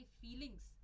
feelings